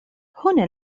هنا